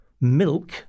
milk